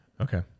okay